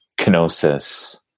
kenosis